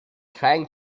trying